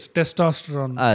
Testosterone